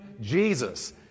Jesus